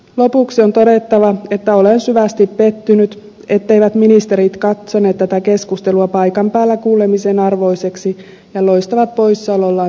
lopuksi on todettava että olen syvästi pettynyt etteivät ministerit katsoneet tätä keskustelua paikan päällä kuulemisen arvoiseksi ja loistavat poissaolollaan tässä istunnossa